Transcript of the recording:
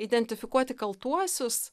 identifikuoti kaltuosius